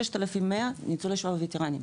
6,100 הם ניצולי שואה ווטרנים,